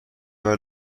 ببر